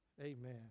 Amen